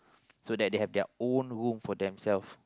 so that they have their own room for them self